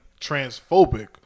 transphobic